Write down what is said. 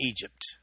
Egypt